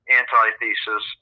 antithesis